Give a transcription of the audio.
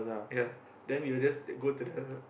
ya then we will just go to the